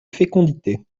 fécondité